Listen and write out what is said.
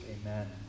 amen